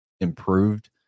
improved